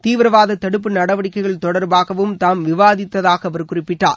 தீவிரவாத தடுப்பு நடவடிக்கைகள் தொடர்பாகவும் தாம் விவாதித்ததாக அவர் குறிப்பிட்டார்